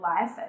life